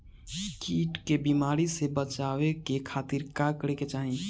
कीट के बीमारी से बचाव के खातिर का करे के चाही?